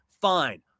fine